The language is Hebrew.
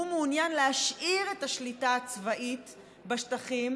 שהוא מעוניין להשאיר את השליטה הצבאית בשטחים